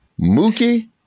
Mookie